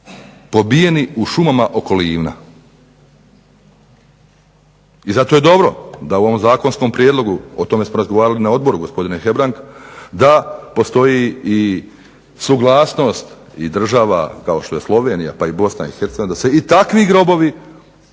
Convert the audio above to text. pobijeni u šumama oko Livna. I zato je dobro da u ovom zakonskom prijedlogu, o tome smo razgovarali na odboru gospodine Hebrang, da postoji i suglasnost i država kao što je Slovenija, pa i Bosna i Hercegovina da se i takvi grobovi